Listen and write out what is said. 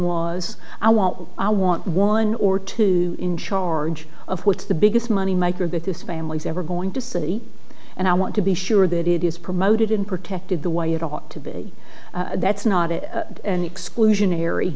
want i want one or two in charge of what's the biggest money maker that this family is ever going to city and i want to be sure that it is promoted and protected the way it ought to be that's not it an exclusionary